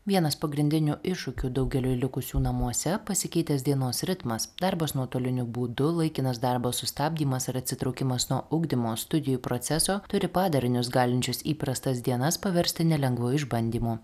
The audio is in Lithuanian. vienas pagrindinių iššūkių daugeliui likusių namuose pasikeitęs dienos ritmas darbas nuotoliniu būdu laikinas darbo sustabdymas ar atsitraukimas nuo ugdymo studijų proceso turi padarinius galinčius įprastas dienas paversti nelengvu išbandymu